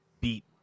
beat